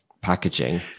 packaging